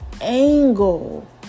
angle